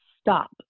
stop